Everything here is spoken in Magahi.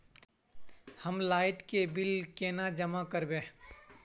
हम लाइट के बिल केना जमा करबे?